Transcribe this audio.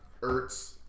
Ertz